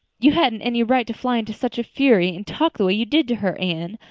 you hadn't any right to fly into such a fury and talk the way you did to her, anne.